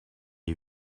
est